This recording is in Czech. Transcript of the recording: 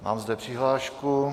Mám zde přihlášku.